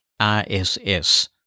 RSS